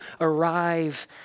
arrive